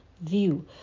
view